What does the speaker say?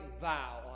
vow